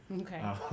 Okay